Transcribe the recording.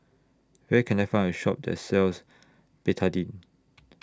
Where Can I Find A Shop that sells Betadine